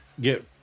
get